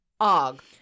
Og